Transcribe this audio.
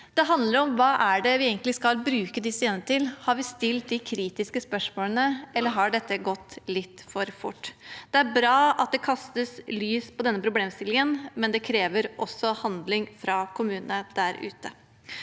Det handler om hva vi egentlig skal bruke disse enhetene til. Har vi stilt de kritiske spørsmålene, eller har dette gått litt for fort? Det er bra at det kastes lys på denne problemstillingen, men det krever også handling fra kommunene der ute.